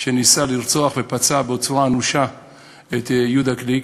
שניסה לרצוח ופצע אנושות את יהודה גליק.